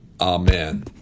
Amen